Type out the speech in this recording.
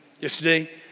Yesterday